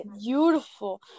beautiful